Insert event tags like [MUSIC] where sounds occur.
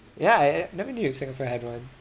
ya I I never knew singapore had one [NOISE]